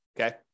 Okay